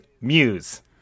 Muse